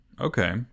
okay